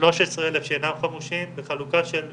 13,000 שאינם חמושים בחלוקה של